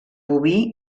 boví